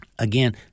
Again